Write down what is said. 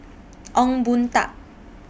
Ong Boon Tat